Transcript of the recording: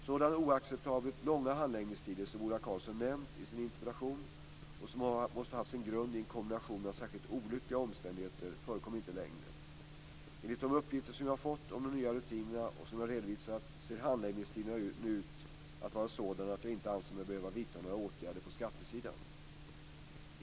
Sådana oacceptabelt långa handläggningstider som Ola Karlsson nämnt i sin interpellation och som måste ha haft sin grund i en kombination av särskilt olyckliga omständigheter förekommer inte längre. Enligt de uppgifter som jag har fått om de nya rutinerna och som jag redovisat ser handläggningstiderna nu ut att vara sådana att jag inte anser mig behöva vidta några åtgärder på skattesidan.